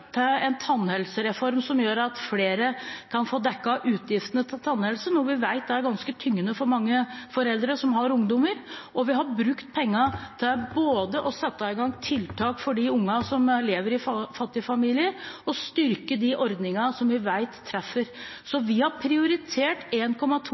til en tannhelsereform, som gjør at flere kan få dekket utgiftene til tannhelse, noe vi vet er ganske tyngende for mange foreldre som har ungdommer. Og vi har brukt pengene både til å sette i gang tiltak for de ungene som lever i fattige familier, og til å styrke de ordningene vi vet treffer. Så vi har prioritert 1,2 mrd. kr til tjenester som vi